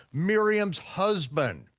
miriam's husband.